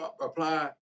apply